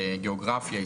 גיאוגרפיה,